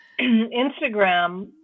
Instagram